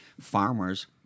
farmers